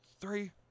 three